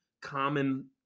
common